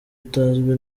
utazwi